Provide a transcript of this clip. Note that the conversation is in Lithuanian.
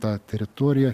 tą teritoriją